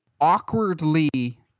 awkwardly